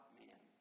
man